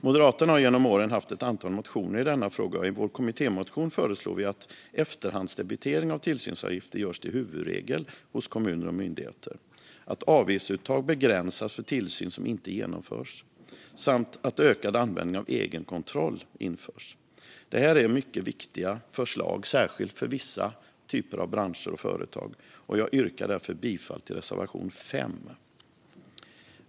Moderaterna har genom åren haft ett antal motioner i denna fråga, och i vår kommittémotion föreslår vi att efterhandsdebitering av tillsynsavgifter görs till huvudregel hos kommuner och myndigheter, att avgiftsuttag begränsas för tillsyn som inte genomförs samt att ökad användning av egenkontroll införs. Detta är mycket viktiga förslag, särskilt för vissa typer av branscher och företag, och jag yrkar därför bifall till reservation 5.